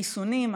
חיסונים,